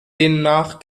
demnach